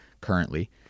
currently